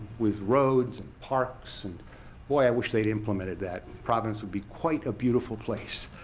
with roads, and parks, and boy, i wish they'd implemented that. province would be quite a beautiful place.